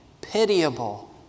pitiable